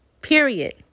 period